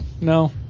No